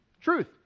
Truth